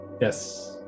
Yes